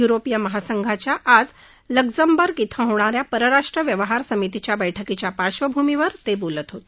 युरोपीय महासंघाच्या आज लक्जमबर्ग श्वे होणा या परराष्ट्र व्यवहार समितीच्या बैठकीच्या पार्श्वभूमीवर ते बोलत होते